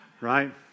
Right